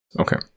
Okay